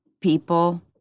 people